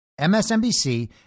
MSNBC